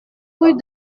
rue